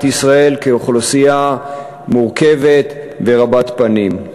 ישראל כאוכלוסייה מורכבת ורבת פנים.